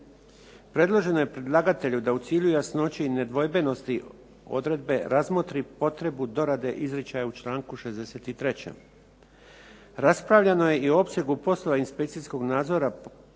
Predloženo je predlagatelju da u cilju jasnoće i nedvojbenosti odredbe razmotri potrebu dorade izričaja u članku 63. Raspravljano je i u opsegu poslova inspekcijskog nadzora